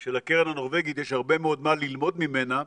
של הקרן הנורבגית, יש הרבה מאוד מה ללמוד ממנה,